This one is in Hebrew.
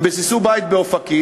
הם ביססו בית באופקים,